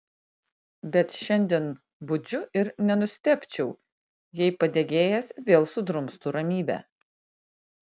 bet šiandien budžiu ir nenustebčiau jei padegėjas vėl sudrumstų ramybę